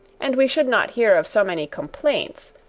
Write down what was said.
and we should not hear of so many complaints,